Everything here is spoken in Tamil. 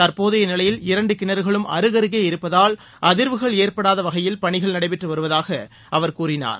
தற்போதைய நிலையில் இரண்டு கிணறுகளும் அருகருகே இருப்பதால் அதிர்வுகள் ஏற்படாத வகையில் பணிகள் நடைபெற்று வருவதாக அவர் கூறினார்